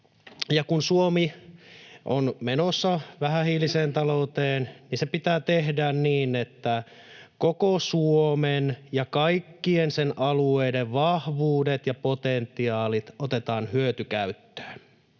ja kun Suomi on menossa vähähiiliseen talouteen, se pitää tehdä niin, että koko Suomen ja kaikkien sen alueiden vahvuudet ja potentiaalit otetaan hyötykäyttöön.